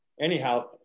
anyhow